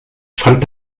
fand